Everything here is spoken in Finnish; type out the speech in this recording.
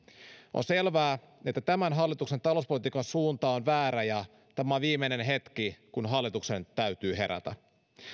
on selvää että tämän hallituksen talouspolitiikan suunta on väärä ja tämä on viimeinen hetki kun hallituksen täytyy herätä